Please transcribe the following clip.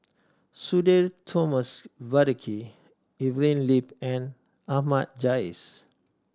Sudhir Thomas Vadake Evelyn Lip and Ahmad Jais